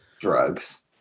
Drugs